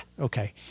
okay